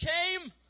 came